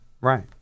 right